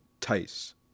Tice